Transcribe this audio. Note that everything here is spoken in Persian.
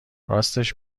راستش